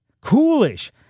Coolish